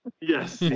Yes